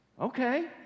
Okay